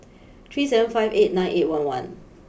three seven five eight nine eight one one